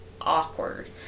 awkward